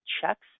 checks